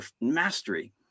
mastery